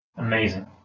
amazing